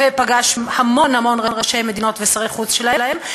ופגש המון המון ראשי מדינות ושרי חוץ שלהן,